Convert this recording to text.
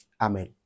Amen